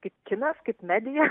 kaip kinas kaip medija